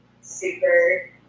super